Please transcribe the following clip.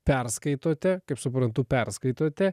perskaitote kaip suprantu perskaitote